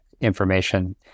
information